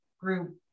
group